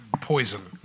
poison